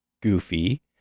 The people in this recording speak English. goofy